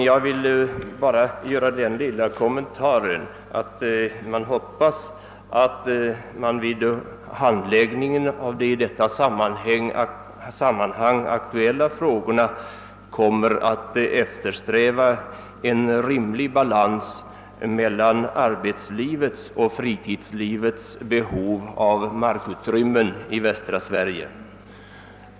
Jag vill nu bara göra den lilla kommentaren, att jag hoppas att man vid handläggningen av de i detta sammanhang aktuella frågorna kommer att eftersträva en rimlig balans mellan arbetslivets och fritidslivets behov av markutrymmen i västra Sverige.